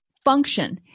Function